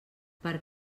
per